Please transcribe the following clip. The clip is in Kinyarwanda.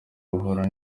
guhura